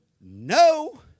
no